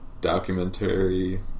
documentary